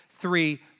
three